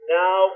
now